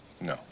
No